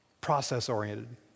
Process-oriented